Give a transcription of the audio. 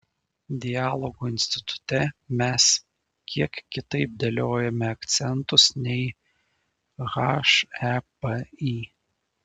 dialogo institute mes kiek kitaip dėliojame akcentus nei hepi